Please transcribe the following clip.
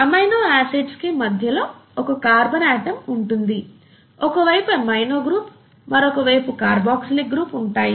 amino acids కి మధ్యలో ఒక కార్బన్ ఆటమ్ ఉంటుంది ఒక వైపు ఎమినో గ్రూప్ మరొక వైపు కార్బొక్సీలిక్ గ్రూప్ ఉంటాయి